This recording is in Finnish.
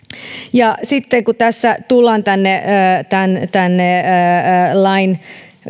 sitten kun tässä tullaan lain